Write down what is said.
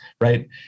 right